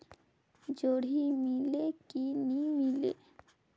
जोणी मीले कि नी मिले?